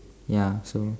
ya